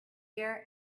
gear